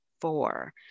four